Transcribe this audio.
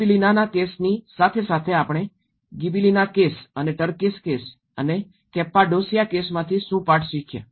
ગિબિલીનાના કેસની સાથે સાથે આપણે ગિબિલીના કેસ અને ટર્કીશ કેસ કેપ્પાડોસિયા કેસમાંથી શું પાઠ શીખ્યા